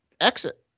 exit